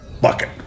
bucket